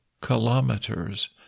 kilometers